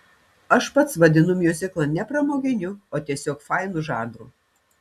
aš pats vadinu miuziklą ne pramoginiu o tiesiog fainu žanru